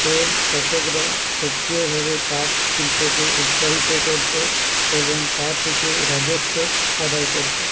চোল শাসকরা সক্রিয়ভাবে তাঁত শিল্পকে উৎসাহিত করতো এবং তা থেকে রাজস্ব আদায় করতো